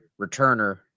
returner